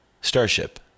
Starship